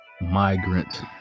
migrant